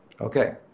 Okay